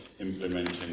implementing